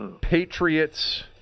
Patriots